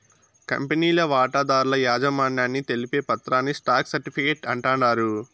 కంపెనీల వాటాదారుల యాజమాన్యాన్ని తెలిపే పత్రాని స్టాక్ సర్టిఫీకేట్ అంటాండారు